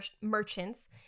merchants